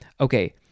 okay